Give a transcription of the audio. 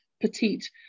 petite